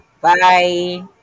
bye